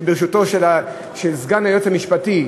בראשותו של המשנה ליועץ המשפטי,